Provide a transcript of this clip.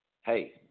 hey